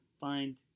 find